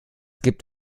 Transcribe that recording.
gibt